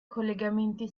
collegamenti